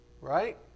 Right